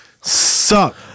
suck